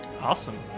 Awesome